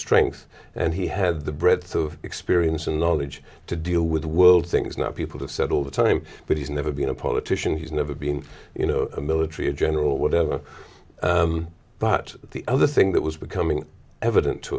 strength and he had the breadth of experience and knowledge to deal with world things not people have said all the time but he's never been a politician he's never been you know a military general or whatever but the other thing that was becoming evident to